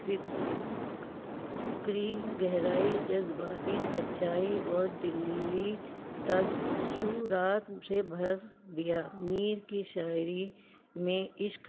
فکری گہرائی جذباتی سچائی اور دلی تاثرات سے بھر دیا میر کی شاعری میں عشق